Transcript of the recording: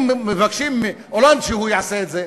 אם מבקשים מהולנד שיעשה את זה,